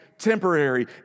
temporary